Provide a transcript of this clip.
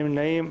אין נמנעים,